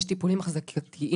יש טיפולים אחזקתיים,